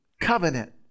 covenant